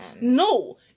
No